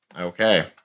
Okay